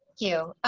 you.